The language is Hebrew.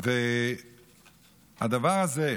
והדבר הזה,